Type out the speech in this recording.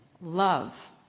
love